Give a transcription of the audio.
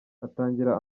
atangira